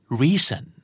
reason